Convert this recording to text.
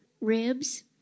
Ribs